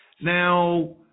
Now